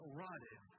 rotted